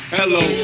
hello